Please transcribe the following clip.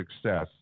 success